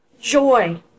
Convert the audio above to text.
Joy